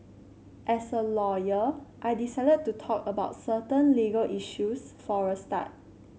as a lawyer I decided to talk about certain legal issues for a start